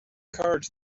cards